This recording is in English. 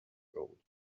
gold